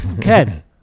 Ken